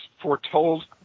foretold